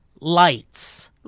Lights